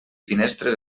finestres